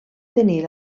tenir